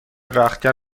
رختکن